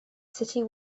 city